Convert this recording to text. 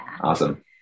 Awesome